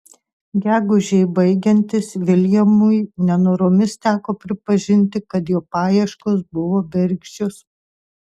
gegužei baigiantis viljamui nenoromis teko pripažinti kad jo paieškos buvo bergždžios